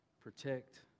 protect